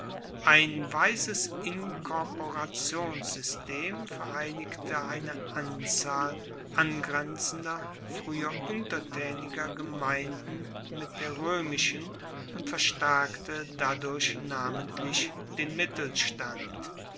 ein weises inkorporationssystem vereinigte eine anzahl angrenzender frueher untertaeniger gemeinden mit der roemischen und verstaerkte dadurch namentlich den mittelstand